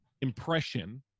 impression